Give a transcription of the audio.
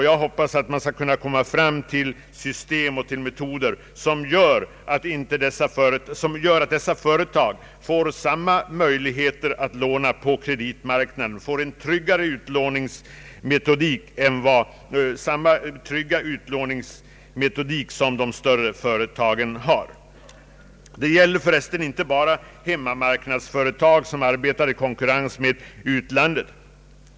Jag hoppas att man skall kunna komma fram till system och till metoder som gör att dessa företag får samma möjligheter att låna på den långa marknaden, får de tryggare utlåningsmöjligheter som de större företagen har. Det gäller för resten inte bara hemmamarknadsföretag som arbetar i konkurrens med utlandet.